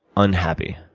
unhappy,